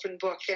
book